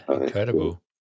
incredible